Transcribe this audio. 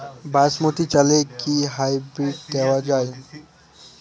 বাসমতী চালে কি হাইব্রিড দেওয়া য়ায়?